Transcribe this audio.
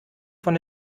von